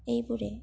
এইবোৰে